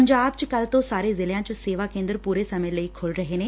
ਪੰਜਾਬ ਚ ਕੱਲ੍ਪ ਤੋ ਸਾਰੇ ਜ਼ਿਲ੍ਹਿਆਂ ਚ ਸੇਵਾ ਕੇਦਰ ਪੂਰੇ ਸਮੇ ਲਈ ਖੁੱਲ੍ਪ ਰਹੇ ਨੇ